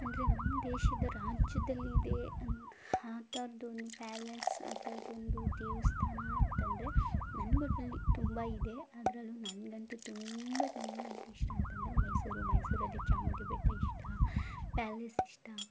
ಅಂದರೆ ನಮ್ಮ ದೇಶದ ರಾಜ್ಯದಲ್ಲಿದೆ ಆ ಥರದ್ದೊಂದು ಪ್ಯಾಲೇಸ್ ಆ ಥರದ್ದೊಂದು ದೇವಸ್ಥಾನ ಅಂತ ಅಂದ್ರೆ ನನ್ಗೆ ಒಟ್ಟಿನಲ್ಲಿ ತುಂಬ ಇದೆ ಅದರಲ್ಲೂ ನನಗಂತೂ ತುಂಬ ತುಂಬ ಅಂತ ಇಷ್ಟ ಅಂತ ಅಂದ್ರೆ ಮೈಸೂರು ಮೈಸೂರಲ್ಲಿ ಚಾಮುಂಡಿ ಬೆಟ್ಟ ಇಷ್ಟ ಪ್ಯಾಲೇಸ್ ಇಷ್ಟ